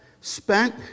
spent